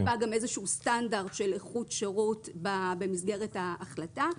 היא צריכה גם איזשהו סטנדרט של איכות שירות במסגרת ההחלטה.